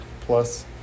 plus